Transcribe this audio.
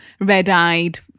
red-eyed